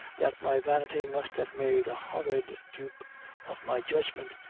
that my vanity must have made a horrid dupe of my judgment,